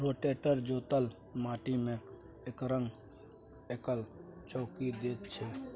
rotator जोतल माटि मे एकरंग कए चौकी दैत छै